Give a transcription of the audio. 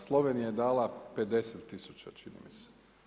Slovenija je dala 50 tisuća, čini mi se.